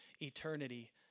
eternity